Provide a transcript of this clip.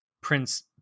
Prince